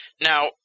Now